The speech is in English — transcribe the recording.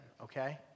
okay